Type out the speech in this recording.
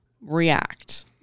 react